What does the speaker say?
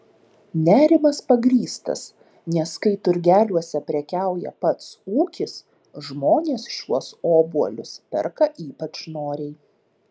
nerimas pagrįstas nes kai turgeliuose prekiauja pats ūkis žmonės šiuos obuolius perka ypač noriai